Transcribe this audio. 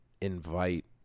invite